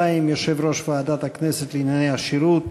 2) (יושב-ראש ועדת הכנסת לענייני השירות),